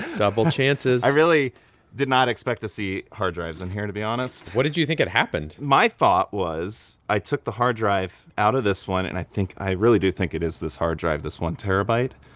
double chances i really did not expect to see hard drives in here, to be honest what did you think had happened? my thought was i took the hard drive out of this one. and i think i really do think it is this hard drive, this one terabyte.